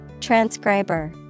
Transcriber